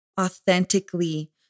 authentically